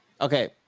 Okay